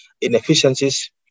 inefficiencies